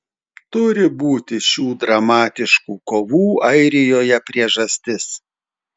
turi būti šių dramatiškų kovų airijoje priežastis